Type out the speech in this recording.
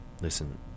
Listen